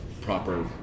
proper